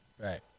Right